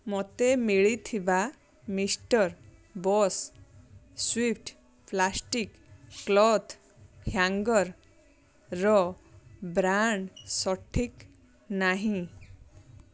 ମୋତେ ମିଳିଥିବା mister boss Swift plastic cloth hanger brand ସଠିକ୍ ନାହିଁ